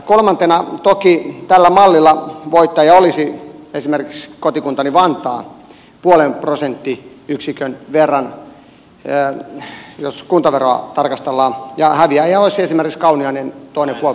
kolmantena toki tällä mallilla voittaja olisi esimerkiksi kotikuntani vantaa puolen prosenttiyksikön verran jos kuntaveroa tarkastellaan ja häviäjiä olisi esimerkiksi kauniainen toinen puoli prosenttia